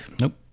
nope